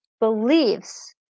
beliefs